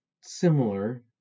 similar